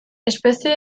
espezie